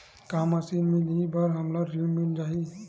का मशीन मिलही बर हमला ऋण मिल जाही?